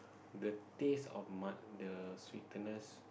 the taste of mud the sweetness